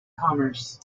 commerce